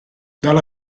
dalla